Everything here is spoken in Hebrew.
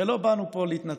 הרי לא באנו פה להתנצח